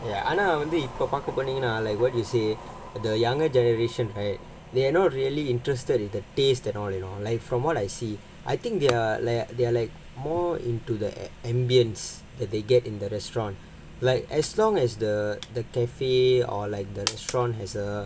ya ஆனா வந்து இப்போ பார்க்க போனீங்கன்னா:aanaa vandhu ippo paarkka poneenganaa like what you say the younger generation right they are not really interested in the taste and all you know like from what I see I think they're leh they are like more into the air~ ambience that they get in the restaurant like as long as the the cafe or like the restaurant has a